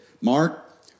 Mark